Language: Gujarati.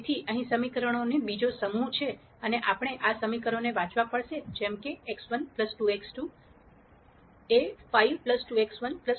તેથી અહીં સમીકરણોનો બીજો સમૂહ છે અને આપણે આ સમીકરણો વાંચવા પડશે જેમ કે x1 2x2 એ 5 2x1 4x2 10 છે